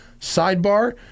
Sidebar